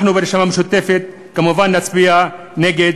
אנחנו ברשימה המשותפת כמובן נצביע נגד,